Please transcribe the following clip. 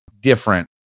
different